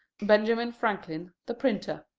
benjamin franklin, the printer.